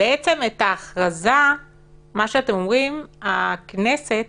בעצם אתם אומרים שהכנסת